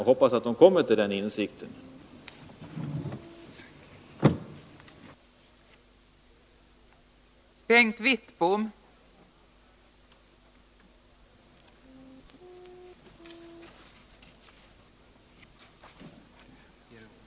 Jag hoppas att man inom den fackliga rörelsen kommer till den insikten.